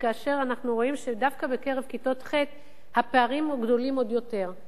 ואנחנו רואים שדווקא בכיתות ח' הפערים גדולים עוד יותר.